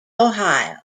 ohio